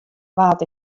waard